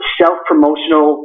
self-promotional